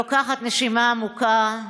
לוקחת נשימה עמוקה,